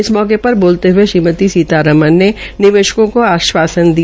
इस अवसर पर बोलते हये श्रीमती सीता रमण ने निवेशकों को आशवासन दिया